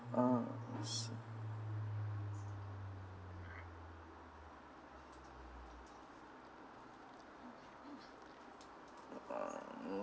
uh uh